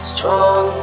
Strong